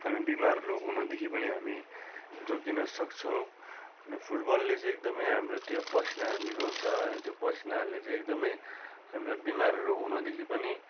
हामी बिमारहरू हुनदेखि पनि हामी जोगिन सक्छौँ अनि फुटबलले चाहिँ एकदमै हाम्रो त्यो पसिना निकाल्छ अनि त्यो पसिनाहरूले चाहिँ एकदमै हामीलाई बिमारहरू हुनदेखि पनि